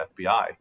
FBI